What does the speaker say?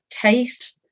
taste